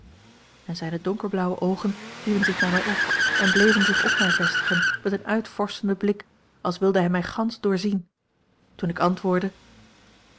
en zijne donkerblauwe oogen hieven zich naar mij op en bleven zich op mij vestigen met een uitvorschenden blik als wilde hij mij gansch doorzien toen ik antwoordde